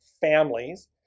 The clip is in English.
families